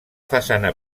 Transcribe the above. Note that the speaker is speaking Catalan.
façana